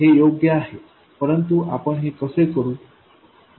हे योग्य आहे परंतु आपण हे कसे करू